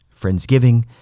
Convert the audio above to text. Friendsgiving